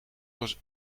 was